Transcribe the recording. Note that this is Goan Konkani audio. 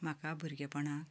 म्हाका भुरगेंपणांत